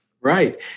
Right